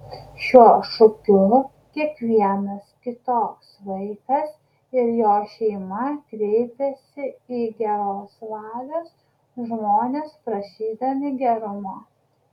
šiuo šūkiu kiekvienas kitoks vaikas ir jo šeima kreipiasi į geros valios žmones prašydami gerumo